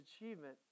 achievement